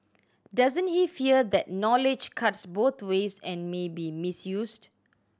doesn't he fear that knowledge cuts both ways and may be misused